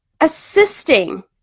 assisting